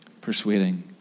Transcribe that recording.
persuading